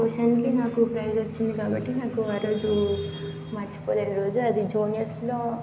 ఆ క్వశ్చన్కి నాకు ప్రైజ్ వచ్చింది కాబట్టి నాకు ఆ రోజు మరచిపోలేని రోజు అది జూనియర్స్లో